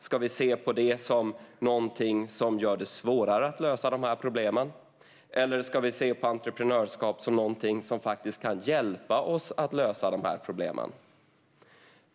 Ska vi se på det som någonting som gör det svårare att lösa dessa problem, eller ska vi se på entreprenörskap som någonting som faktiskt kan hjälpa oss att lösa problemen?